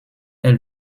est